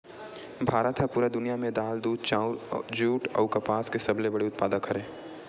भारत हा पूरा दुनिया में दाल, दूध, चाउर, जुट अउ कपास के सबसे बड़े उत्पादक हरे